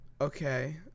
okay